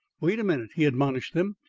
wait a minute, he admonished them,